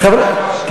אדוני היושב-ראש,